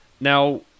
now